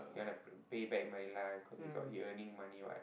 he wanna pay back my life cause he got he earning money what